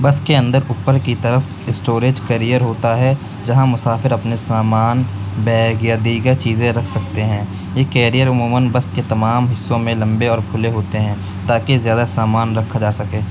بس کے اندر اوپر کی طرف اسٹوریج کریئر ہوتا ہے جہاں مسافر اپنے سامان بیگ یا دیگر چیزیں رکھ سکتے ہیں یہ کیریئر عموماً بس کے تمام حصوں میں لمبے اور کھلے ہوتے ہیں تاکہ زیادہ سامان رکھا جا سکے